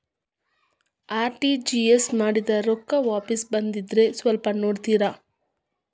RTGS ಮಾಡಿದ್ದೆ ರೊಕ್ಕ ವಾಪಸ್ ಬಂದದ್ರಿ ಸ್ವಲ್ಪ ನೋಡ್ತೇರ?